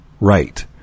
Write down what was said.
right